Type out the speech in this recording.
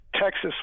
Texas